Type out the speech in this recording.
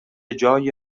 جای